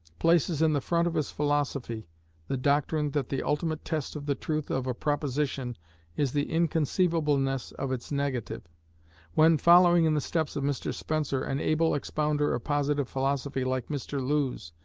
places in the front of his philosophy the doctrine that the ultimate test of the truth of a proposition is the inconceivableness of its negative when, following in the steps of mr spencer, an able expounder of positive philosophy like mr lewes,